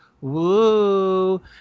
Woo